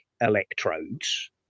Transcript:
electrodes